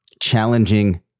challenging